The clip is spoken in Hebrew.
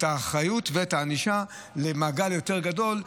האחריות ואת הענישה למעגל יותר גדול,